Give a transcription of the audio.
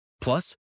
Plus